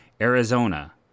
arizona